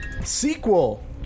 Sequel